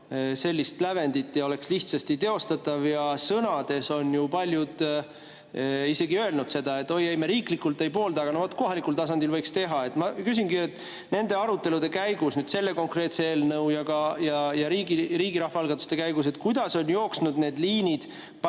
sellist lävendit ja oleks lihtsasti teostatav. Sõnades on ju paljud isegi öelnud seda, et oi ei, me riiklikult ei poolda, aga no vot kohalikul tasandil võiks teha. Ma küsingi, kuidas nende arutelude käigus, selle konkreetse eelnõu ja ka riigi rahvaalgatuste käigus on jooksnud need liinid